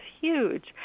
huge